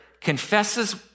confesses